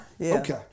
Okay